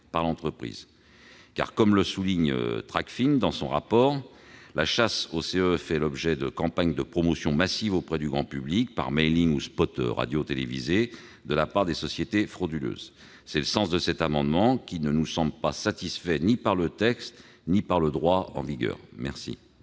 par l'entreprise. Comme le souligne Tracfin dans son rapport, la chasse aux CEE fait l'objet de campagnes de promotions massives auprès du grand public par mailing ou spots radiotélévisés de la part de sociétés fraudeuses. Tel est le sens de cet amendement, qui ne nous semble satisfait ni par le texte ni par le droit en vigueur. La